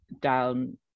down